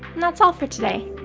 and that's all for today.